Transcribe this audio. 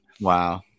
Wow